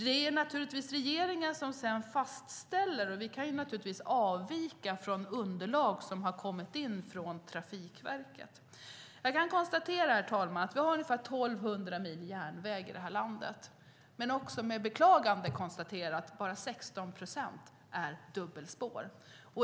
Det är självklart regeringen som sedan fastställer besluten, och vi kan naturligtvis avvika från underlag som har kommit in från Trafikverket. Jag konstaterar, herr talman, att det finns ungefär 1 200 mil järnväg i landet, men jag konstaterar med beklagande att bara 16 procent är dubbelspår.